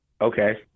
okay